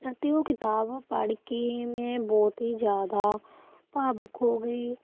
ਅਤੇ ਉਹ ਕਿਤਾਬ ਪੜ੍ਹ ਕੇ ਮੈਂ ਬਹੁਤ ਹੀ ਜ਼ਿਆਦਾ ਭਾਵੁਕ ਹੋ ਗਈ